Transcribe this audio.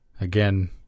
Again